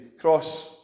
cross